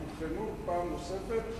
תתחייבו פעם נוספת,